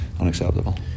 unacceptable